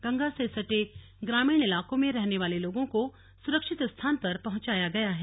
गंगा से सटे ग्रामीण इलाको में रहने वाले लोगो को सुरक्षित स्थान पर पहंचाया गया है